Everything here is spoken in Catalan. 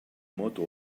moto